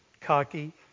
cocky